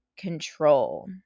Control